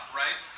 right